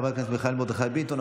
חבר הכנסת מיכאל מרדכי ביטון,